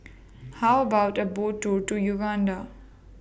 How about A Boat Tour to Uganda